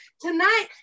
tonight